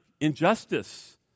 injustice